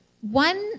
One